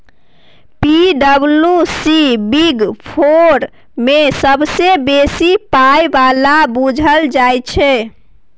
पी.डब्ल्यू.सी big four मे सबसँ बेसी पाइ बला बुझल जाइ छै